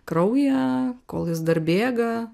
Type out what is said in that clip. kraują kol jis dar bėga